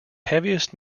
heaviest